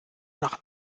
nach